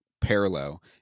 parallel